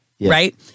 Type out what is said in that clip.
right